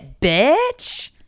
bitch